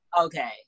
Okay